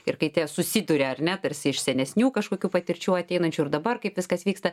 ir kai tie susiduria ar ne tarsi iš senesnių kažkokių patirčių ateinančių ir dabar kaip viskas vyksta